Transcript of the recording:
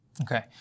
Okay